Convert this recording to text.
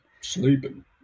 Sleeping